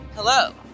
Hello